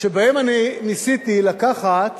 שבהן אני ניסיתי לקחת